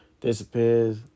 Disappears